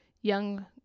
young